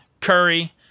Curry